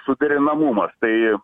suderinamumas tai